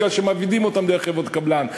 מכיוון שמעבידים אותם דרך חברות קבלן.